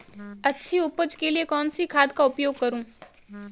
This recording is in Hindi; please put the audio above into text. अच्छी उपज के लिए कौनसी खाद का उपयोग करूं?